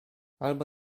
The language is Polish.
albo